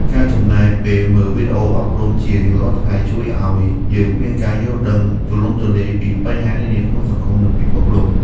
ការចំណាយពេលមើលវីដេអូអប់រំជារៀងរាល់ថ្ងៃជួយឱ្យយើងមានការយល់ដឹងទូលំទូលាយពីបញ្ហានានាក្នុងសង្គម និងពិភពលោក។